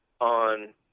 on